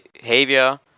behavior